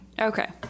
Okay